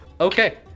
Okay